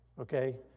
okay